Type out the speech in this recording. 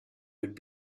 would